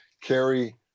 carry